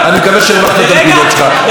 אני אדבר על זה אחר כך.